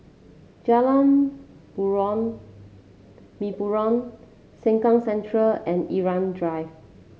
Jalan Purong Mempurong Sengkang Central and Irau Drive